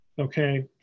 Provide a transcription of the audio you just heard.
okay